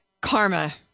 Karma